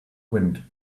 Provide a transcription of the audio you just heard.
wind